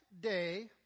day